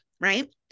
Right